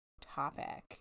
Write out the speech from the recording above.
topic